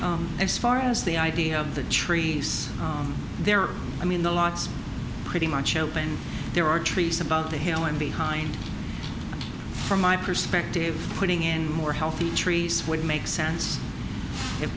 as far as the idea of the trees there i mean the lots pretty much open there are trees about the hill i'm behind from my perspective putting in more healthy trees would make sense if